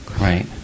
Right